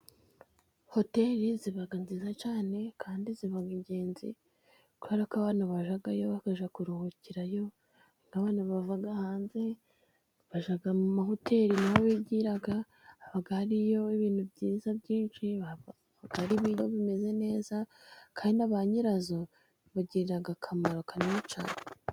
Hoteri ziba nziza cyane kandi ziba ingenzi, kubera ko abantu bajyayo bakajya kuruhukirayo, abantu bava hanze bajya mu mahoteri niho bigira, haba hariyo ibintu byiza byinshi, akaba harimo ibiryo bimeze neza, kandi na ba nyirazo bibagirira akamaro kanini cyane.